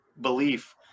belief